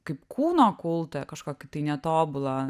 kaip kūno kultą kažkokį tai netobulą